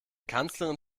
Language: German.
kanzlerin